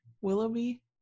Willoughby